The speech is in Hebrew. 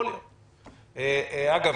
אגב,